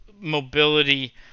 mobility